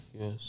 yes